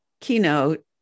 keynote